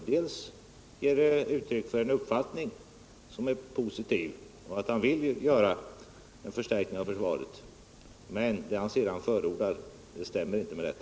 Å ena sidan ger han uttryck för en positiv inställning till att förstärka försvaret, å andra sidan stämmer inte det han förordar med detta.